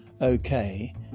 okay